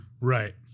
Right